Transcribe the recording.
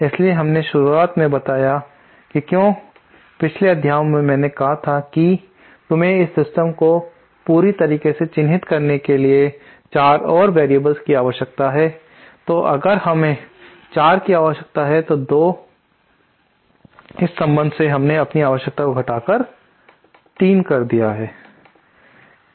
इसलिए हमने शुरुआत में बताया की क्यों पिछले अध्याय मैं मैंने कहा था कि तुम्हें इस सिस्टम को पूरी तरह से चिन्हित करने के लिए 4 और वेरिएबल्स की आवश्यकता है तो अगर हमें 4 की आवश्यकता है 2तो इस संबंध से हमने अपनी आवश्यकता को घटाकर 3 कर दिया है